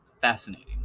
Fascinating